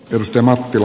jussi mattila